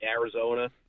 Arizona